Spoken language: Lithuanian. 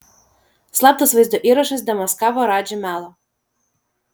slaptas vaizdo įrašas demaskavo radži melą